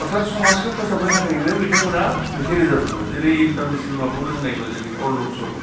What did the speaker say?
अरथाद समाजखौ फोसाबनो थाखायनो बिथांमोना मेथाइ रोजाबदोंमोन जेरै इन्टारनेसनेल माबायाव जों नायबा जेरै पल रबसन